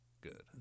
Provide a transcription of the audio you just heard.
good